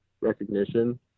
recognition